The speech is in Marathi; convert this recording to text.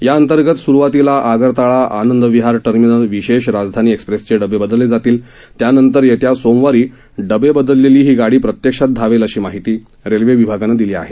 या अंतर्गत सुरुवातीला अगरतळा आनंद विहार टर्मिनल विशेष राजधानी एक्सप्रेसचे डबे बदलले जातील त्यानंतर येत्या सोमवारी डबे बदललेली ही गाडी प्रत्यक्षात धावेल अशी माहिती रेल्वे मंत्रालयानं दिले आहे